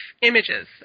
images